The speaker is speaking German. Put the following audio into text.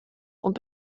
und